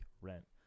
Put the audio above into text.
rent